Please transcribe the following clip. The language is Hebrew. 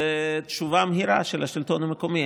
זה תשובה מהירה של השלטון המקומי.